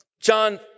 John